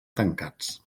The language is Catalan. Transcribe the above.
tancats